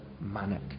manic